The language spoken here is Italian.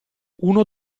uno